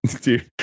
dude